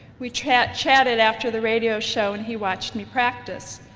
we chat chatted after the radio show and he watched me practice.